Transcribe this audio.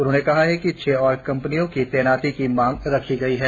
उन्होंने कहा है कि छह और कंपनियों की तैनाती की मांग रखी गई है